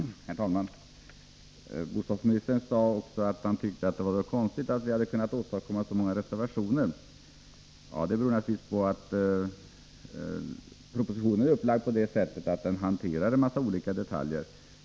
Herr talman! Bostadsministern sade att han tyckte det var konstigt att vi kunnat åstadkomma så många reservationer. Men det beror naturligtvis på att propositionen är upplagd så, att den berör en mängd olika detaljer.